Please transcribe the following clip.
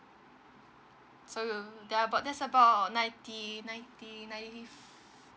so there about that's about ninety ninety ninety